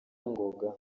ngoga